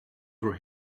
were